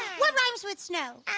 what rhymes with snow?